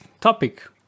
topic